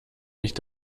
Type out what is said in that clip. nicht